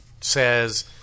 says